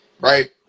Right